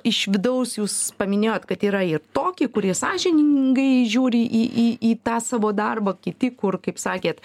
iš vidaus jūs paminėjot kad yra ir tokie kurie sąžiningai žiūri į į į tą savo darbą kiti kur kaip sakėt